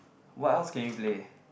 what else can you play